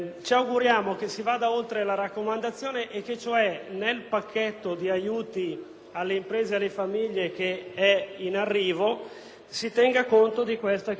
alle imprese e alle famiglie, in arrivo, si tenga conto di questa che può essere un'ottima soluzione, oltretutto a costo zero,